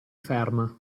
ferm